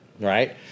right